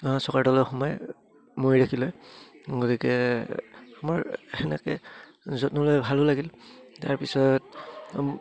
চকাৰ তলত সোমাই মৰি থাকিল হয় গতিকে আমাৰ সেনেকৈ যত্ন লৈ ভালো লাগিল তাৰ পিছত